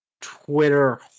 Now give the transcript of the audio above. Twitter